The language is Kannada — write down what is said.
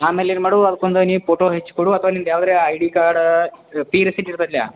ಆಮೇಲೆ ಏನು ಮಾಡು ಅದ್ಕೊಂದು ನೀನು ಪೋಟೋ ಹಚ್ಚಿ ಕೊಡು ಅಥವಾ ನಿಂದು ಯಾವ್ದಾರೂ I D card fee receipt ಇರ್ತೈತ್ಲ್ಯಾ